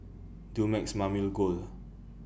Dumex Mamil Gold